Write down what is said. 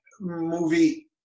movie